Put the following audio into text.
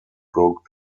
broke